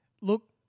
Look